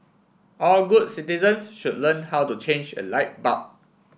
all good citizens should learn how to change a light bulb